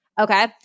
Okay